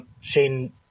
Shane